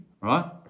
right